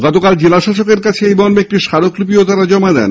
গতকাল জেলা শাসকের কাছে এই মর্মে একটি স্মারকলিপিও তাঁরা জমা দেন